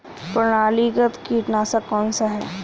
प्रणालीगत कीटनाशक कौन सा है?